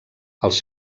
els